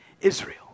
Israel